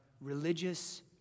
religious